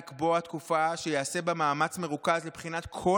לקבוע תקופה שייעשה בה מאמץ מרוכז לבחינת כל